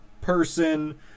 person